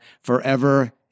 forever